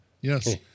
Yes